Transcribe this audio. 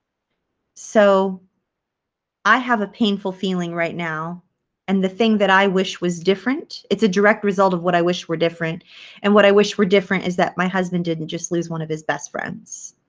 so i have a painful feeling right now and the thing that i wish was different it's a direct result of what i wish were different and what i wish were different is that my husband didn't just lose one of his best friends